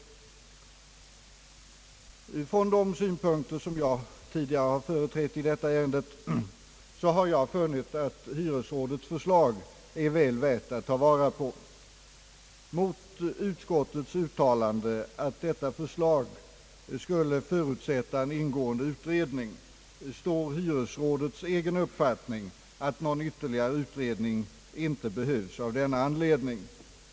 Från de synpunkter som jag tidigare har företrätt i detta ärende har jag funnit att hyresrådets förslag är väl värt att ta vara på. Mot utskottets uttalande, att detta förslag skulle förutsätta en ingående utredning, står hyresrådets egen uppfattning att någon ytterligare utredning inte behövs av denna anledning.